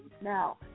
Now